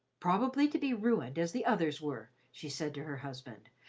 probably to be ruined as the others were, she said to her husband,